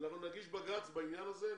אנחנו נגיש בג"צ בעניין הזה,